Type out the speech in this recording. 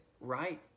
right